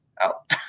out